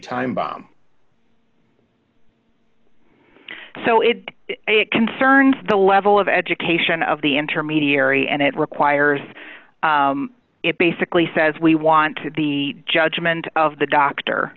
time bomb so it concerns the level of education of the intermediary and it requires it basically says we want the judgment of the doctor